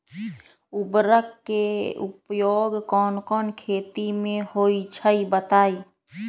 उर्वरक के उपयोग कौन कौन खेती मे होई छई बताई?